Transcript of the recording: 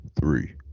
three